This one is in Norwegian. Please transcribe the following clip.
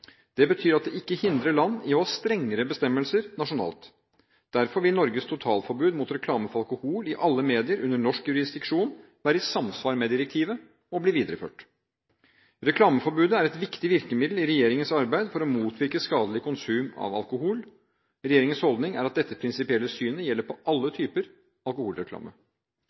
Det betyr at det ikke hindrer land i å ha strengere bestemmelser nasjonalt. Derfor vil Norges totalforbud mot reklame for alkohol i alle medier under norsk jurisdiksjon være i samsvar med direktivet og bli videreført. Reklameforbudet er et viktig virkemiddel i regjeringens arbeid for å motvirke skadelig konsum av alkohol. Regjeringens holdning er at dette prinsipielle synet gjelder alle typer alkoholreklame.